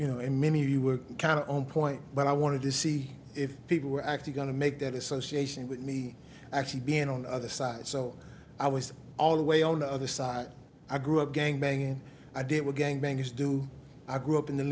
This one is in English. you know and many of you were kind of on point but i wanted to see if people were actually going to make that association with me actually being on the other side so i was all the way on the other side i grew up gang banging i did were gang bangers do i grew up in the